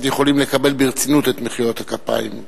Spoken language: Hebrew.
יכולים לקבל ברצינות את מחיאות הכפיים.